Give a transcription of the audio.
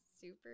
Super